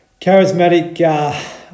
charismatic